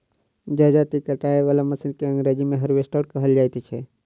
जजाती काटय बला मशीन के अंग्रेजी मे हार्वेस्टर कहल जाइत छै